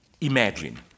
imagine